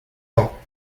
temps